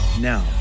Now